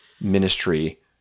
ministry